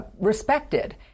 respected